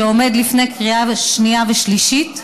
שעומד לפני קריאה שנייה ושלישית,